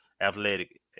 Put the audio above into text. athletic